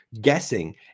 guessing